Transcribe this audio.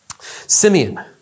Simeon